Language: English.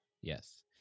yes